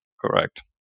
Correct